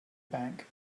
bank